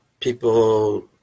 people